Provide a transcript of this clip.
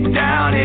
down